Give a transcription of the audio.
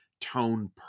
tone